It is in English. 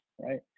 right